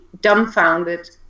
dumbfounded